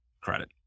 credit